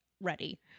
ready